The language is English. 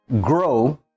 grow